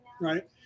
right